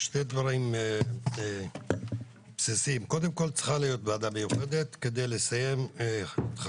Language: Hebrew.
שני דברים בסיסיים: קודם כול צריכה להיות ועדה מיוחדת כדי לסיים בחריש.